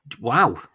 wow